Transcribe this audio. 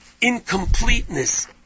incompleteness